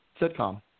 sitcom